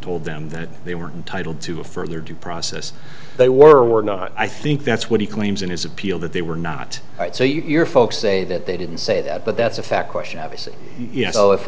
told them that they were entitled to a further due process they were not i think that's what he claims in his appeal that they were not right so your folks say that they didn't say that but that's a fact question obviously you know if